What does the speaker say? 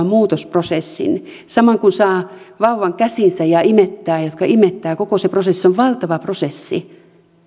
muutosprosessin samoin kun saa vauvan käsiinsä ja imettää ne jotka imettävät koko se prosessi on valtava prosessi